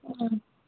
ಹ್ಞೂ